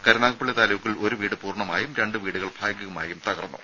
കരുനാഗപ്പള്ളി താലൂക്കിൽ ഒരു വീട് പൂർണ്ണമായും രണ്ട് വീടുകൾ ഭാഗികമായും തകർന്നു